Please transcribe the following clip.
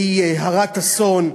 היא הרת אסון.